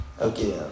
Okay